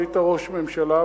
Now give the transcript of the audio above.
כשהיית ראש ממשלה,